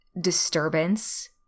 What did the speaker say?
disturbance